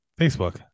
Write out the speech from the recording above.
facebook